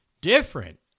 different